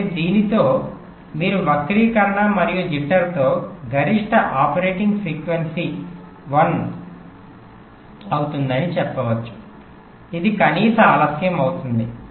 కాబట్టి దీనితో మీరు వక్రీకరణ మరియు జిట్టర్తో గరిష్ట ఆపరేటింగ్ ఫ్రీక్వెన్సీ 1 అవుతుందని చెప్పవచ్చు ఇది కనీస ఆలస్యం అవుతుంది